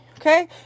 Okay